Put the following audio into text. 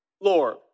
Lord